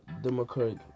Democratic